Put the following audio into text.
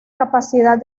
capacidad